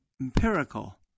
empirical